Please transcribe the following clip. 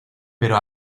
pero